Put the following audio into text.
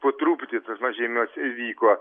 po truputį tas mažėjimas įvyko